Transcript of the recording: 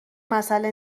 مسئله